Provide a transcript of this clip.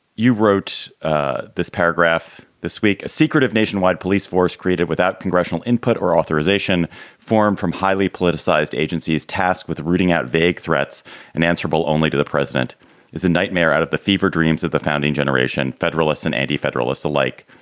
you wrote ah this paragraph this week, a secret of nationwide police force created without congressional input or authorization form from highly politicized agencies tasked with rooting out vague threats and answerable only to the president is a nightmare out of the fever dreams of the founding generation federalists and anti federalists alike.